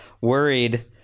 worried